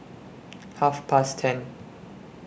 Half Past ten